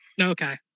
Okay